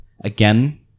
Again